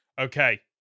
okay